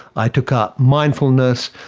i took up mindfulness,